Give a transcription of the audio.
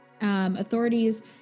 Authorities